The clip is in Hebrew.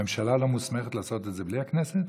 הממשלה לא מוסמכת לעשות את זה בלי הכנסת?